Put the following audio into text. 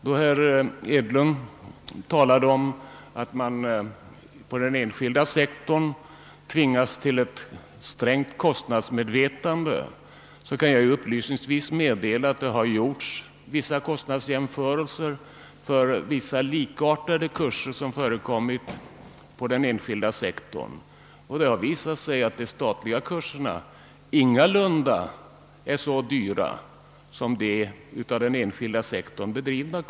Då herr Edlund talade om att man på den enskilda sektorn tvingas till ett strängt kostnadsmedvetande, kan jag upplysningsvis meddela att vissa kostnadsjämförelser har gjorts med en del likartade kurser som förekommit på den enskilda sektorn. Det har då visat sig att de statliga kurserna ingalunda är så dyra som de av den enskilda sektorn bedrivna.